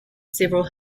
several